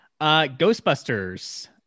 Ghostbusters